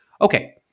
Okay